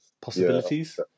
possibilities